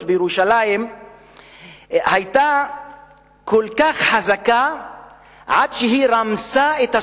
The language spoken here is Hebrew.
בירושלים היתה כל כך חזקה עד שהיא רמסה את הסובלנות.